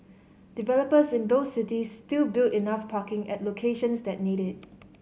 developers in those cities still build enough parking at locations that need it